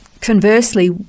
conversely